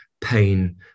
pain